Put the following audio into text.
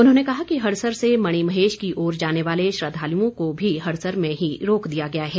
उन्होंने कहा कि हड़सर से मणिमहेश की ओर जाने वाले श्रद्वालुओं को भी हड़सर में ही रोक दिया गया है